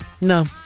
No